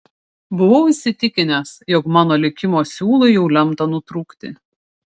buvau įsitikinęs jog mano likimo siūlui jau lemta nutrūkti